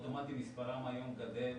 מספרם היום גדל